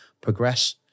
progress